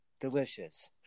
delicious